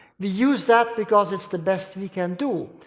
we use that because it's the best we can do,